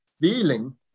feeling